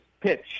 pitch